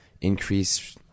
increase